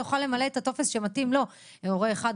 יוכל למלא את הטופס שמתאים לו: "הורה 1",